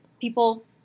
people